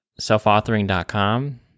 selfauthoring.com